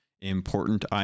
important